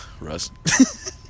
Russ